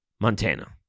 Montana